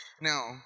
Now